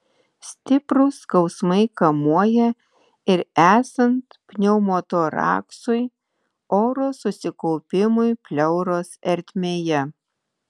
stiprūs skausmai kamuoja ir esant pneumotoraksui oro susikaupimui pleuros ertmėje